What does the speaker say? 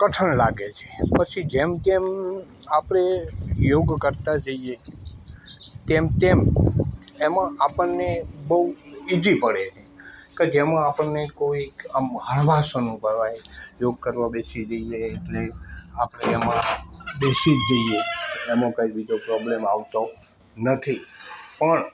કઠણ લાગે છે પછી જેમ જેમ આપણે યોગ કરતા જઈએ તેમ તેમ એમાં આપણને બહું ઈજી પડે છે કે જેમાં આપણને કોઈક આમ હળવાશ અનુભવાય યોગ કરવા બેસી જઈએ એટલે આપણે એમાં બેસી જ જઈએ એમાં બીજો કંઈ પ્રોબ્લેમ આવતો નથી પણ